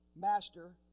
Master